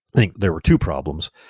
i think there were two problems.